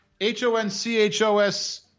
H-O-N-C-H-O-S